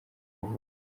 kuvuga